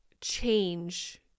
change